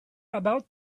about